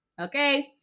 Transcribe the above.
okay